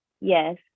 yes